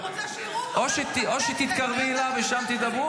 הוא רוצה שיראו אותו בערוץ הכנסת --- או שתתקרבי אליו ושם תדברו,